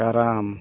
ᱠᱟᱨᱟᱢ